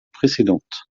précédentes